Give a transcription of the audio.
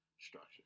structure